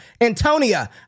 Antonia